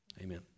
Amen